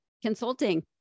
Consulting